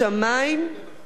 זה המשפט היחיד הנכון שהוא אמר.